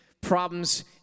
problems